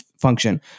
function